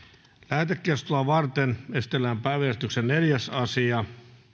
lähetekeskustelua varten esitellään päiväjärjestyksen neljäs asia